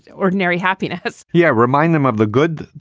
ordinary happiness yeah, remind them of the good,